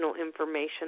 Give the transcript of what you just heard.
information